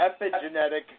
epigenetic